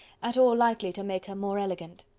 at all likely to make her more elegant.